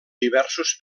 diversos